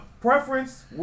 Preference